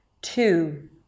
two